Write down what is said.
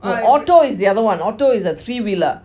no auto is the other one auto is the three wheeler